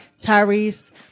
Tyrese